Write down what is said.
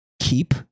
Keep